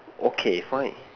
okay fine